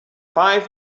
five